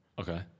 Okay